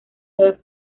nuevas